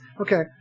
Okay